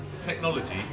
Technology